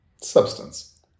Substance